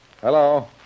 Hello